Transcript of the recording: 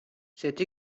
cette